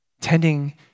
tending